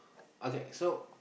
okay so